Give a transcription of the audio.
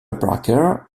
parker